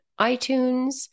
iTunes